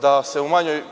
Da se